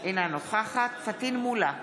אינה נוכחת פטין מולא,